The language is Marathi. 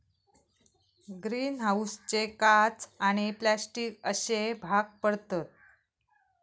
ग्रीन हाऊसचे काच आणि प्लास्टिक अश्ये भाग पडतत